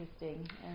interesting